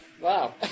Wow